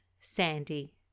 Sandy